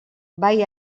bai